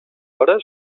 hores